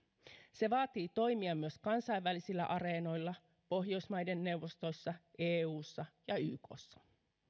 se vaatii toimia myös kansainvälisillä areenoilla pohjoismaiden neuvostossa eussa ja ykssa